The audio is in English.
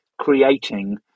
creating